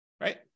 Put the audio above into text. right